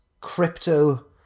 crypto